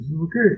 okay